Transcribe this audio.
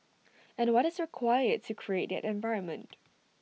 and what is required to create that environment